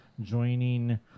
joining